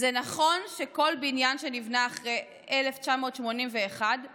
זה נכון שכל בניין שנבנה אחרי 1981 בנוי